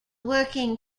working